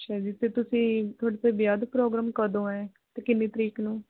ਅੱਛਾ ਜੀ ਅਤੇ ਤੁਸੀਂ ਤੁਹਾਡਾ ਵਿਆਹ ਦਾ ਪ੍ਰੋਗਰਾਮ ਕਦੋਂ ਹੈ ਅਤੇ ਕਿੰਨੀ ਤਰੀਕ ਨੂੰ